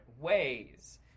ways